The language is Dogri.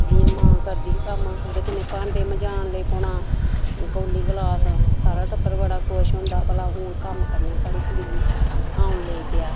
जि'यां मां करदी ही कम्म ओह्दे कन्नै भांडे मंजान लेई पौना कोली गलास सारा टब्बर बड़ा खुश होंदा भला हून कम्म करने ई साढ़ी कुड़ी गी औन लेई पेआ